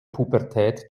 pubertät